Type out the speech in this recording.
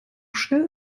schnell